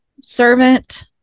servant